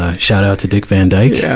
ah shout-out to dick van dyke. yeah